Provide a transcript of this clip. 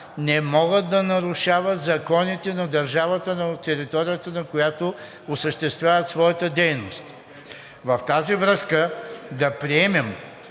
не могат да нарушават законите на държавата, на територията на която осъществяват своята дейност. В тази връзка да приемем,